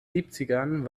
siebzigern